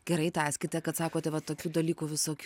gerai tęskite kad sakote vat tokių dalykų visokių